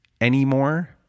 anymore